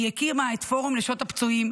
היא הקימה את פורום נשות הפצועים.